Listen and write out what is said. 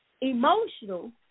emotional